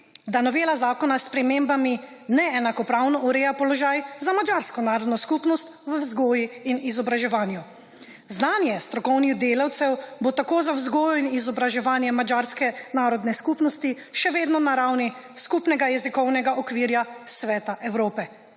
da novela zakona s spremembami neenakopravno ureja položaj za madžarsko narodno skupnost v vzgoji in izobraževanju. Znanje strokovnih delavcev bo tako za vzgojo in izobraževanje madžarske narodne skupnosti še vedno na ravni skupnega jezikovnega okvirja Sveta Evrope.